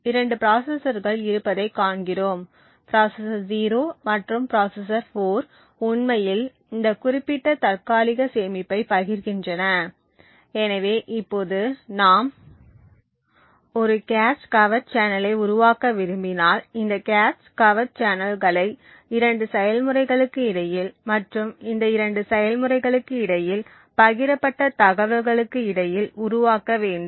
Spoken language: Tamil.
2 ப்ராசசர்கள் இருப்பதைக் காண்கிறோம் ப்ராசசர் 0 மற்றும் ப்ராசசர் 4 உண்மையில் இந்த குறிப்பிட்ட தற்காலிக சேமிப்பைப் பகிர்கின்றன எனவே இப்போது நாம் ஒரு கேச் கவர்ட் சேனலை உருவாக்க விரும்பினால் இந்த கேச் கவர்ட் சேனல்களை 2 செயல்முறைகளுக்கு இடையில் மற்றும் இந்த 2 செயல்முறைகளுக்கு இடையில் பகிரப்பட்ட தகவல்களுக்கு இடையில் உருவாக்க வேண்டும்